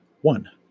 One